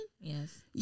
Yes